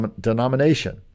Denomination